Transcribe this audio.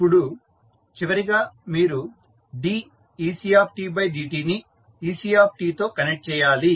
ఇప్పుడు చివరిగా మీరు decdt ని ectతో కనెక్ట్ చేయాలి